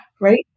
right